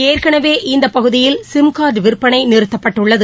எற்கனவே இந்த பகுதியில் சிம்கார்டு விற்பனை நிறுத்தப்பட்டுள்ளது